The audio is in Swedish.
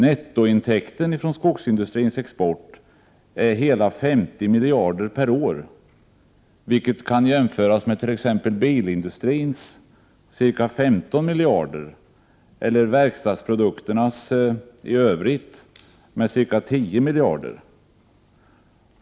Nettointäkten av skogsindustrins export är hela 50 miljarder per år, vilket kan jämföras med bilindustrins ca 15 miljarder och med den övriga verkstadsproduktionens 10 miljarder.